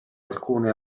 alcune